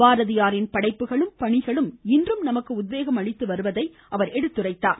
பாரதியாரின் படைப்புகளும் பணிகளும் இன்றும் நமக்கு உத்வேகம் அளித்து வருவதாக அவர் பாராட்டு தெரிவித்தார்